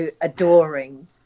adoring